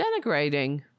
denigrating